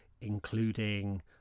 including